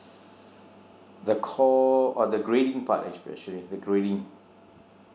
the call oh the grading part especially the grading